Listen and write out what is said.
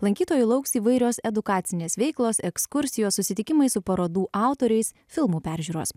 lankytojų lauks įvairios edukacinės veiklos ekskursijos susitikimai su parodų autoriais filmų peržiūros